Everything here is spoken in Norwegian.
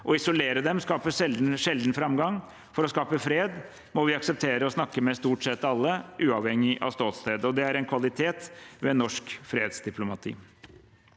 Å isolere dem skaper sjelden framgang. For å skape fred må vi akseptere å snakke med stort sett alle, uavhengig av ståsted. Det er en kvalitet ved norsk fredsdiplomati.